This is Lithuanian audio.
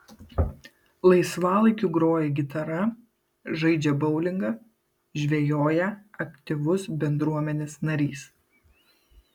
laisvalaikiu groja gitara žaidžia boulingą žvejoja aktyvus bendruomenės narys